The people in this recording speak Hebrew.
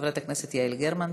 חברת הכנסת יעל גרמן,